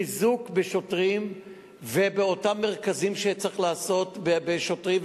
חיזוק בשוטרים וחיזוק אותם מרכזים בשוטרים,